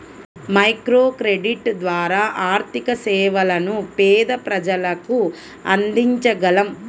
microcredit ద్వారా ఆర్థిక సేవలను పేద ప్రజలకు అందించగలం